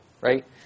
Right